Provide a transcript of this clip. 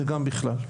וגם בכלל.